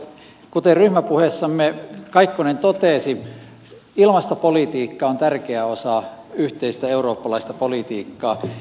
kuten ryhmäpuheessamme kaikkonen totesi ilmastopolitiikka on tärkeä osa yhteistä eurooppalaista politiikkaa